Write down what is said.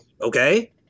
okay